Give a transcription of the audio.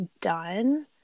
done